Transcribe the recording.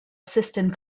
system